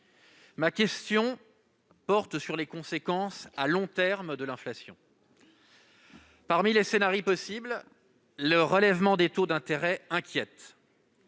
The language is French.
Ma question porte sur les conséquences à long terme de l'inflation. Parmi les scénarii possibles, celui d'un relèvement des taux d'intérêt inquiète.